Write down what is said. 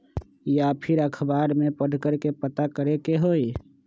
या फिर अखबार में पढ़कर के पता करे के होई?